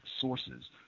sources